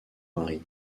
mari